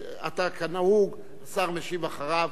שאתה, כנהוג, שר משיב אחריו